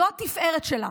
זו התפארת שלה.